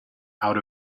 out